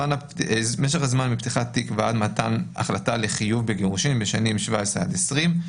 משך הזמן מפתיחת תיק ועד מתן החלטה לחיוב בגירושים בשנים 2017 עד 2020,